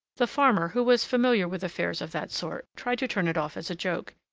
the farmer, who was familiar with affairs of that sort, tried to turn it off as a joke.